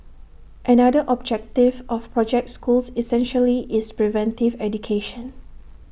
another objective of project schools essentially is preventive education